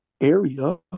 area